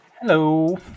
Hello